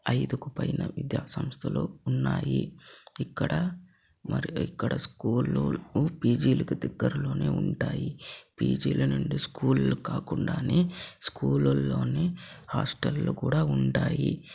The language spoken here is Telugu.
ఐదుకు పైన విద్యా సంస్థలు ఉన్నాయి ఇక్కడ మరి ఎక్కడ స్కూళ్లు పీజీలకు దగ్గరలోనే ఉంటాయి పీజీల నుండి స్కూల్లకు కాకుండానే అని స్కూలులోనే హాస్టల్లు కూడా ఉంటాయి